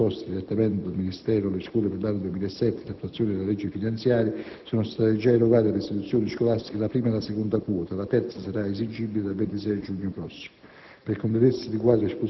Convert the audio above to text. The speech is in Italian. Con riguardo ai finanziamenti disposti direttamente dal Ministero alle scuole per l'anno 2007, in attuazione della legge finanziaria, sono state già erogate alle istituzioni scolastiche la prima e la seconda quota; la terza sarà esigibile dal 26 giugno prossimo.